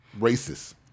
Racists